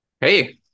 Hey